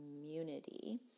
community